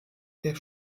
der